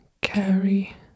carry